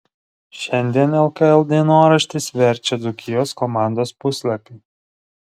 šiandien lkl dienoraštis verčia dzūkijos komandos puslapį